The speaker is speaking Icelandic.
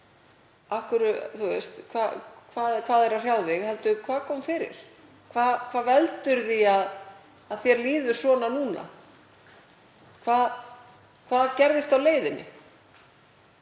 er að þér, hvað er að hrjá þig heldur hvað kom fyrir? Hvað veldur því að þér líður svona núna? Hvað gerðist á leiðinni?